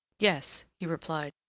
yes, he replied,